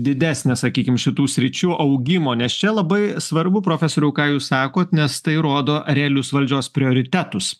didesnė sakykim šitų sričių augimo nes čia labai svarbu profesoriau ką jūs sakot nes tai rodo realius valdžios prioritetus